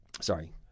Sorry